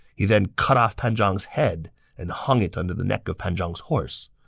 he then cut off pan zhang's head and hanged it under the neck of pan zhang's horse.